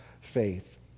faith